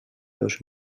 dos